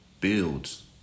Builds